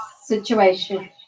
situation